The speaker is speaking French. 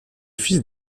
fils